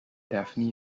daphne